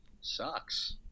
sucks